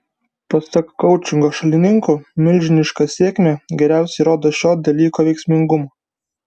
pasak koučingo šalininkų milžiniška sėkmė geriausiai įrodo šio dalyko veiksmingumą